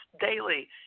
daily